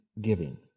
giving